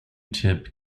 tip